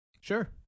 sure